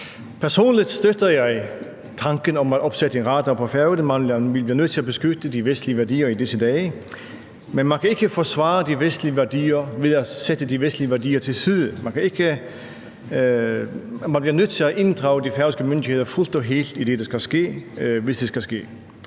Personligt støtter jeg tanken om at opsætte en radar på Færøerne. Vi bliver nødt til at beskytte de vestlige værdier i disse dage, men man kan ikke forsvare de vestlige værdier ved at tilsidesætte de vestlige værdier. Man bliver nødt til at inddrage de færøske myndigheder fuldt og helt i det, der skal ske,